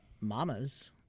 Mamas